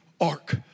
ark